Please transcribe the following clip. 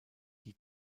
die